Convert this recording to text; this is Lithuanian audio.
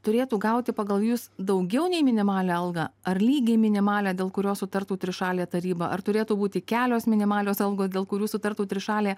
turėtų gauti pagal jus daugiau nei minimalią algą ar lygiai minimalią dėl kurios sutartų trišalė taryba ar turėtų būti kelios minimalios algos dėl kurių sutartų trišalė